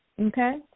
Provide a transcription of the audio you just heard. Okay